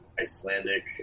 Icelandic